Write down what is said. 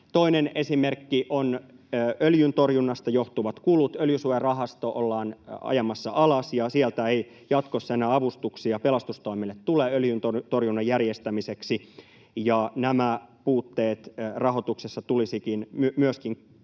Toinen esimerkki on öljyntorjunnasta johtuvat kulut. Öljysuojarahasto ollaan ajamassa alas, ja sieltä ei jatkossa enää avustuksia pelastustoimelle tule öljyntorjunnan järjestämiseksi, ja nämä puutteet rahoituksessa tulisi myöskin korjata.